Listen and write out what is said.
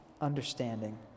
understanding